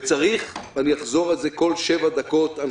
וצריך ואחזור על זה כל שבע דקות ליישם את